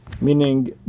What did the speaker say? meaning